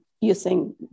using